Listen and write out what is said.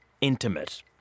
intimate